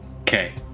Okay